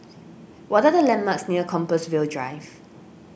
what are the landmarks near Compassvale Drive